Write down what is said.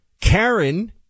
Karen